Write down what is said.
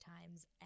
Times